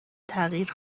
تغییر